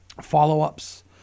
follow-ups